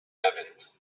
evans